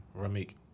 Rameek